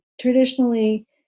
traditionally